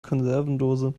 konservendose